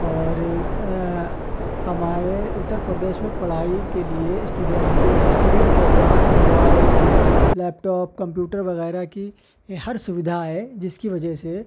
اور ہمارے اتر پردیش میں پڑھائی کے لیے اسٹوڈینٹ کو اسٹوڈینٹ کے پاس موبائل لیپ ٹاپ کمپیوٹر وغیرہ کی ہر سویدھا ہے جس کی وجہ سے